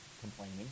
Complaining